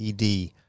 ED